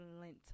lent